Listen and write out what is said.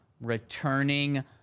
returning